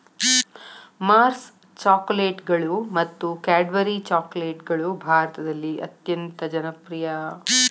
Mars ಚಾಕೊಲೇಟ್ಗಳು ಮತ್ತು Cadbury ಚಾಕೊಲೇಟ್ಗಳು ಭಾರತದಲ್ಲಿ ಅತ್ಯಂತ ಜನಪ್ರಿಯ